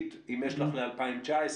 אם יש לך ל-2019.